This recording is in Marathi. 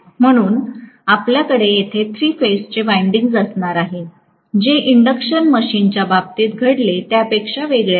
म्हणून आपल्याकडे येथे थ्री फेजचे वाईन्डिन्ग असणार आहे जे इंडक्शन मशीनच्या बाबतीत घडले त्यापेक्षा वेगळे आहे